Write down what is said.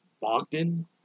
Bogdan